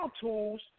tools